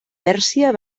pèrsia